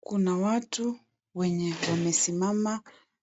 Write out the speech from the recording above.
Kuna watu wenye wamesimama